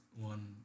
one